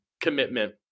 commitment